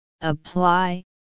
apply